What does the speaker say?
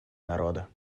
народа